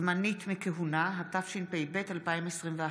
זמנית מכהונה), התשפ"ב 2021,